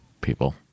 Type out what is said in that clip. people